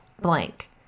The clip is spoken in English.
blank